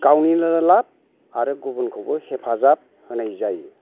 गावनिनोनो लाब आरो गुबुनखौबो हेफाजाब होनाय जायो